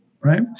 right